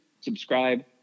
Subscribe